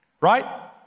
right